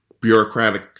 bureaucratic